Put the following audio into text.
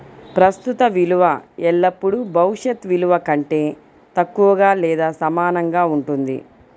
ప్రస్తుత విలువ ఎల్లప్పుడూ భవిష్యత్ విలువ కంటే తక్కువగా లేదా సమానంగా ఉంటుంది